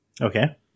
Okay